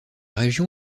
région